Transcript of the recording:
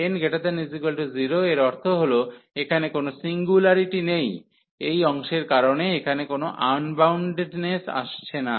n≥0 এর অর্থ হল এখানে কোন সিঙ্গুলারিটি নেই এই অংশের কারণে এখানে কোন আনবাউন্ডনেস আসছে না